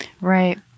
Right